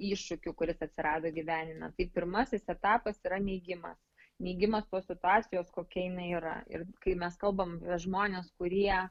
iššūkiu kuris atsirado gyvenime tai pirmasis etapas yra neigimas neigimas tos situacijos kokia jinai yra ir kai mes kalbam apie žmones kurie